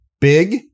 big